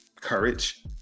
courage